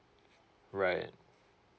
right